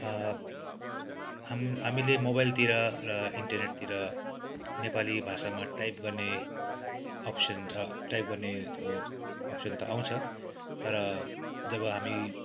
हाम हामीले मोबाइलतिर र इन्टरनेटतिर नेपाली भाषामा टाइप गर्ने अप्सन टाइप गर्ने त्यो अप्सन त आउँछ तर जब हामी